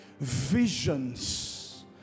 visions